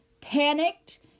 panicked